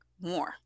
more